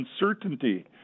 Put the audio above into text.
uncertainty